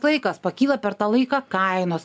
laikas pakyla per tą laiką kainos